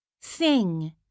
sing